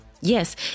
Yes